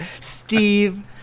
Steve